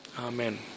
Amen